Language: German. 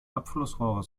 abflussrohre